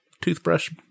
toothbrush